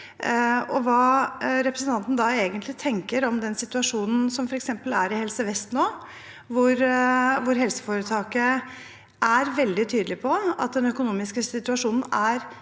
representanten da egentlig om den situasjonen som f.eks. er i Helse vest nå, hvor helseforetaket er veldig tydelig på at den økonomiske situasjonen er